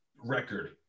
record